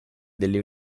delle